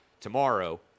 tomorrow